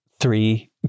three